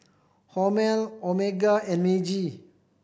Hormel Omega and Meiji